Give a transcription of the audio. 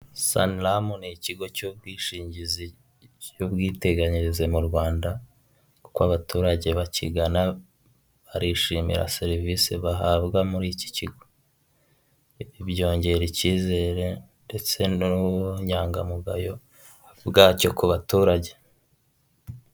Saniramu ni ikigo cy'ubwishingizi cy'ubwiteganyirize mu Rwanda, kuko abaturage bakigana barishimira serivisi bahabwa muri iki kigo. Byongera ikizere ndetse n'ubunyangamugayo bwacyo ku baturage.